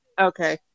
Okay